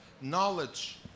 knowledge